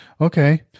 Okay